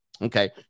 Okay